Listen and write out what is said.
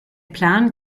plan